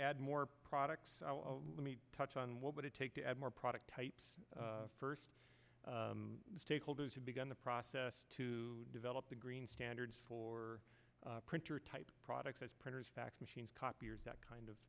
add more products let me touch on what would it take to add more product types first stakeholders have begun the process to develop the green standards for printer type products as printers fax machines copiers that kind of